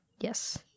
Yes